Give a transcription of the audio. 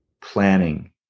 planning